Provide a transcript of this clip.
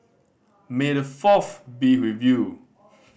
may the Fourth be with you